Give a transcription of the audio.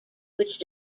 which